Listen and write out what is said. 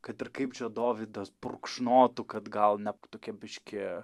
kad ir kaip čia dovydas purkšnotų kad gal jinai tokia biškį